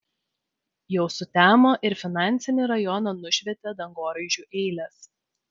jau sutemo ir finansinį rajoną nušvietė dangoraižių eilės